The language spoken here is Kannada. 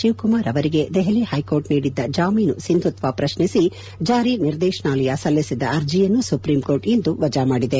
ಶಿವಕುಮಾರ್ ಅವರಿಗೆ ದೆಹಲಿ ಹೈಕೋರ್ಟ್ ನೀಡಿದ್ದ ಜಾಮೀನು ಸಿಂಧುತ್ವ ಪ್ರಶ್ನಿಸಿ ಜಾರಿ ನಿರ್ದೇಶನಾಲಯ ಸಲ್ಲಿಸಿದ್ದ ಅರ್ಜಿಯನ್ನು ಸುಪ್ರೀಂ ಕೋರ್ಟ್ ಇಂದು ವಜಾ ಮಾಡಿದೆ